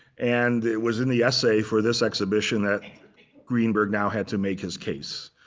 and it was in the essay for this exhibition that greenberg now had to make his case.